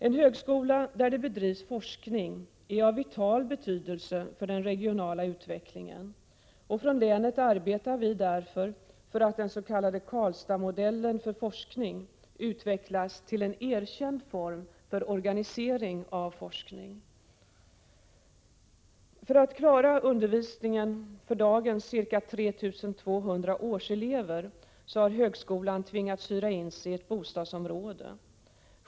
En högskola där det bedrivs forskning är av vital betydelse för den regionala utvecklingen, och i vårt län arbetar vi därför för att den s.k. Karlstadsmodellen för forskning utvecklas till en erkänd form för organisering av forskning. För att klara undervisningen för dagens ca 3 200 årselever har högskolan tvingats hyra in sig i ett bostadsområde.